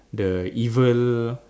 the evil